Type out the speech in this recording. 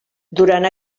durant